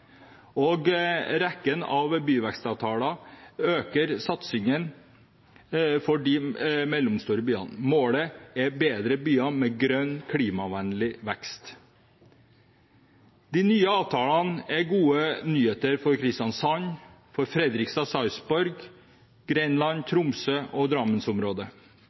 og med rekken av byvekstavtaler øker satsingen på de mellomstore byene. Målet er bedre byer med grønn, klimavennlig vekst. De nye avtalene er gode nyheter for Kristiansand, for Fredrikstad og Sarpsborg, for Grenland, for Tromsø og